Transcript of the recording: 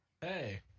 Hey